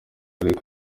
karere